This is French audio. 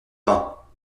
pas